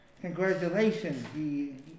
congratulations